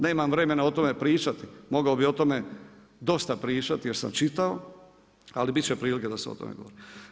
Nemam vremena o tome pričati, mogao bi o tome dosta pričati jer sam čitao, ali bit će prilika da se o tome govori.